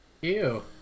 Ew